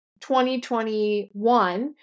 2021